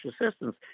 assistance